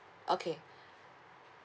okay